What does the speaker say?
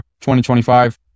2025